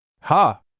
Ha